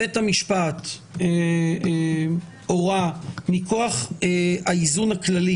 בית המשפט הורה מכוח האיזון הכללי